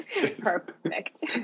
perfect